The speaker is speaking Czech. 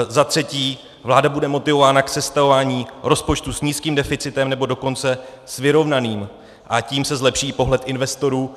Za třetí, vláda bude motivována k sestavování rozpočtu s nízkým deficitem, nebo dokonce s vyrovnaným, a tím se zlepší i pohled investorů;